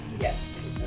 Yes